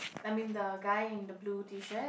I mean the guy in the blue T-shirt